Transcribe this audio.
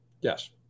Yes